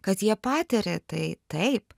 kad jie patiria tai taip